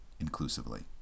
inclusively